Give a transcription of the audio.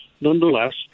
nonetheless